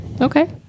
Okay